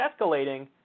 escalating